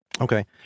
okay